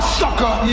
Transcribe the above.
sucker